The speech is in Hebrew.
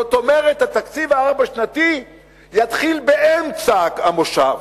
זאת אומרת: התקציב הארבע-שנתי יתחיל באמצע המושב,